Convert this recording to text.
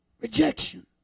Rejection